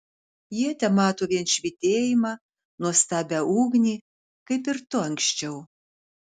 jie temato vien švytėjimą nuostabią ugnį kaip ir tu anksčiau